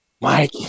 Mike